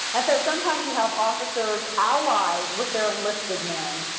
and so sometimes you have officers allied with their unlisted men,